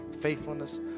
faithfulness